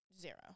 Zero